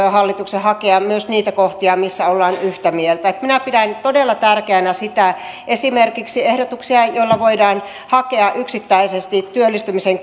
ja hallituksen hakea myös niitä kohtia missä ollaan yhtä mieltä minä pidän todella tärkeänä sitä esimerkiksi ehdotuksia joilla voidaan hakea yksittäisesti työllistymisen